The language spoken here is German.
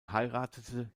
heiratete